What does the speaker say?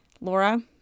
Laura